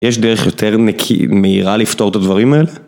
יש דרך יותר מהירה לפתור את הדברים האלה?